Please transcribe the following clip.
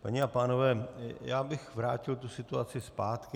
Paní a pánové, já bych vrátil tu situaci zpátky.